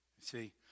See